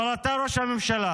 אבל אתה ראש הממשלה,